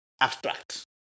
abstract